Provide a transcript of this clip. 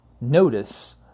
Notice